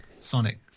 Sonic